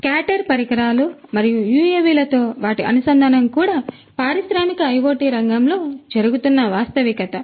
కాబట్టి స్కాటర్ పరికరాలు మరియు యుఎవిలతో వాటి అనుసంధానం కూడా పారిశ్రామిక ఐఒటి రంగంలో జరుగుతున్న వాస్తవికత